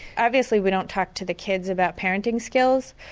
obviously we don't talk to the kids about parenting skills,